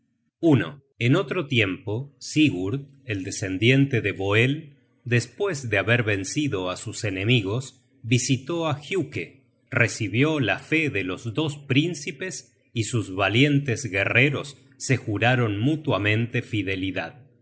brynhilda en otro tiempo sigurd el descendiente de voel despues de haber vencido á sus enemigos visitó á giuke recibió la fe de los dos príncipes y sus valientes guerreros se juraron mutuamente fidelidad